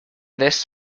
this